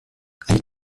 eine